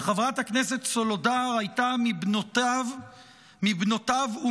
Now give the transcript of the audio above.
שחברת הכנסת סולודר הייתה מבנותיו וממנהיגותיו,